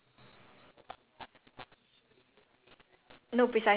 I don't know I very close to my parents [one] then like I tell them everything